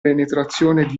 penetrazione